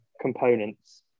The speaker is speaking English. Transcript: components